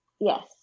Yes